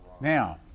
Now